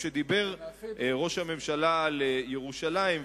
כשדיבר ראש הממשלה על ירושלים,